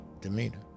demeanor